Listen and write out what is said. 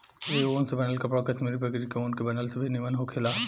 ए ऊन से बनल कपड़ा कश्मीरी बकरी के ऊन के बनल से भी निमन होखेला